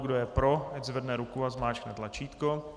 Kdo je pro, ať zvedne ruku a zmáčkne tlačítko.